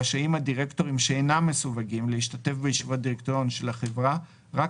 רשאים הדירקטורים שאינם מסווגים להשתתף בישיבות הדירקטוריון של החברה רק